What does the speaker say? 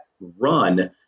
run